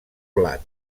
blat